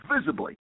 visibly